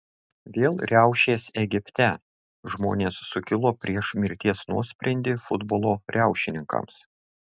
vėl riaušės egipte žmonės sukilo prieš mirties nuosprendį futbolo riaušininkams